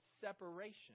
separation